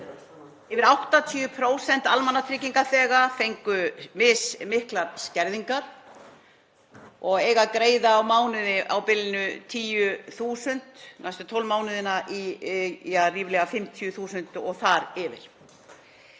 Yfir 80% almannatryggingaþega fengu mismiklar skerðingar og eiga að greiða á mánuði á bilinu 10.000, næstu 12 mánuðina, að ríflega 50.000 og þar yfir.